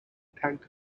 tank